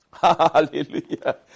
Hallelujah